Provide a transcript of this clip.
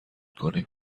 کنیم